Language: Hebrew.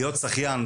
להיות שחיין,